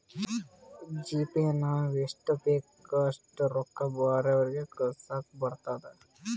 GPay ನಾಗ್ ಎಷ್ಟ ಬೇಕ್ ಅಷ್ಟ ರೊಕ್ಕಾ ಬ್ಯಾರೆವ್ರಿಗ್ ಕಳುಸ್ಲಾಕ್ ಬರ್ತುದ್